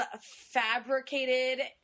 fabricated